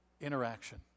interaction